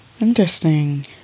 Interesting